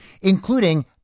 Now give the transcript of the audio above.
including